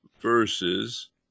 verses